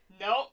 nope